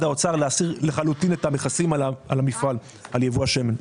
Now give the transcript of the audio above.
האוצר להסיר לחלוטין את המכסים על על ייבוא השמן.